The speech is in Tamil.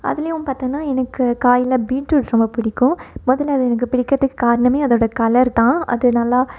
அதுலேயும் பாத்தோம்னா எனக்கு காயில் பீட்ரூட் ரொம்ப பிடிக்கும் முதல்ல அது எனக்கு பிடிக்கிறதுக்கு காரணம் அதோட கலர் தான் அது நல்லா